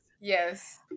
Yes